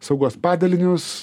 saugos padalinius